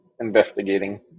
investigating